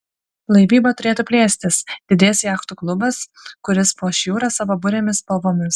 laivyba turėtų plėstis didės jachtų klubas kuris puoš jūrą savo burėmis spalvomis